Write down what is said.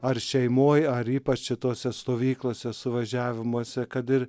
ar šeimoj ar ypač čia tose stovyklose suvažiavimuose kad ir